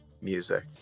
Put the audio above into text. music